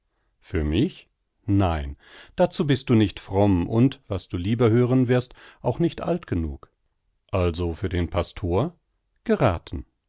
für mich nein dazu bist du nicht fromm und was du lieber hören wirst auch nicht alt genug also für den pastor gerathen